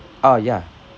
ah ya